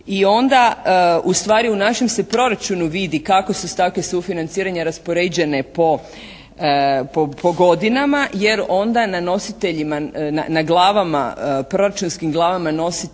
i onda ustvari u našem se proračunu vidi kako su stavke sufinanciranja raspoređene po godinama. Jer onda na nositeljima, na glavama, proračunskim glavama nositelja